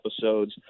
episodes